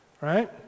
right